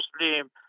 Muslim